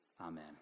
Amen